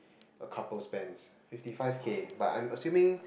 a couple spends fifty five K but I'm assuming